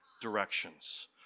directions